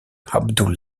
abdul